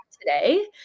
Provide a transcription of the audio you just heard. today